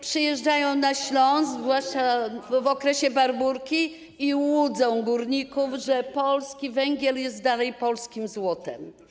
Przyjeżdża na Śląsk, zwłaszcza w okresie Barbórki, i łudzi górników, że polski węgiel jest nadal polskim złotem.